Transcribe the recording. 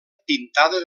pintada